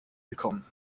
willkommen